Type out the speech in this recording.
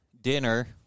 dinner